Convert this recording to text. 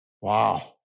Wow